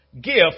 gift